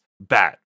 bat